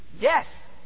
yes